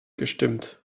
gestimmt